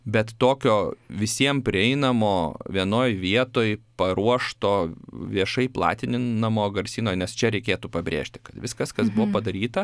bet tokio visiem prieinamo vienoj vietoj paruošto viešai platininamo garsyno nes čia reikėtų pabrėžti kad viskas kas buvo padaryta